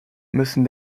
müssen